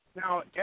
Now